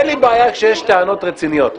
אין לי בעיה כשיש טענות רציניות.